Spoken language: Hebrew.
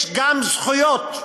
יש גם זכויות.